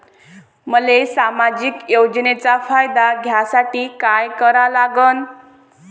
मले सामाजिक योजनेचा फायदा घ्यासाठी काय करा लागन?